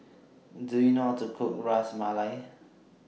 Do YOU know How to Cook Ras Malai